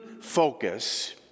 focus